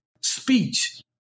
speech